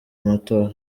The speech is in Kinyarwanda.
amatora